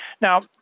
Now